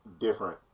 different